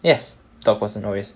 yes dog person always